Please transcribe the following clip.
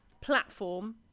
platform